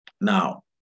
Now